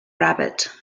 rabbit